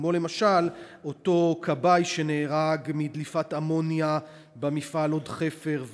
כמו למשל אותו כבאי שנהרג מדליפת אמוניה במפעל "הוד חפר",